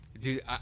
Dude